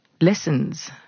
lessons